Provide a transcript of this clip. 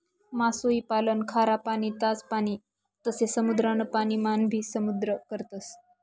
मासोई पालन खारा पाणी, ताज पाणी तसे समुद्रान पाणी मान भी करतस